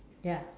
ya